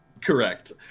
Correct